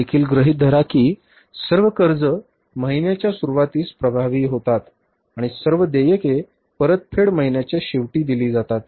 हे देखील गृहित धरा की सर्व कर्ज महिन्याच्या सुरूवातीस प्रभावी होतात आणि सर्व देयके परतफेड महिन्याच्या शेवटी दिले जातात